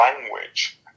language